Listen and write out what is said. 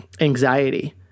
anxiety